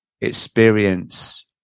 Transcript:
experience